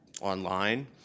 online